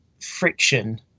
friction